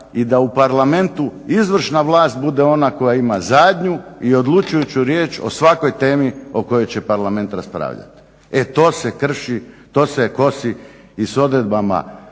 i da u Parlamentu izvršna vlast bude ona koja ima zadnju i odlučujuću riječ o svakoj temi o kojoj će Parlament raspravljati. E to se krši, to se kosi i sa odredbama